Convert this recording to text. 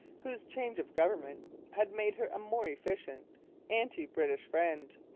whose change of government had made her a more efficient anti-british friend.